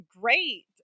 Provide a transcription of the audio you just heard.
great